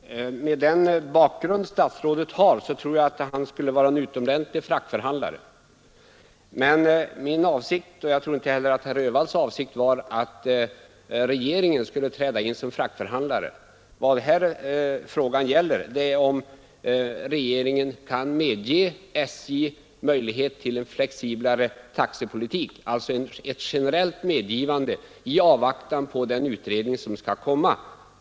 Herr talman! Med den bakgrund som statsrådet har tror jag att han skulle vara en utomordentlig fraktförhandlare, men min avsikt var inte — och jag tror inte heller att herr Öhvalls avsikt var det — att regeringen skulle träda in som fraktförhandlare. Vad frågan gäller är om regeringen skall ge SJ ett generellt medgivande till en flexiblare taxepolitik i avvaktan på den utredning som skall komma.